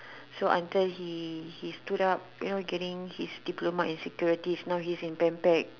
so until he he stood up you know getting his diploma in securities now he's in pen back